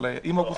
אבל אם אוגוסט,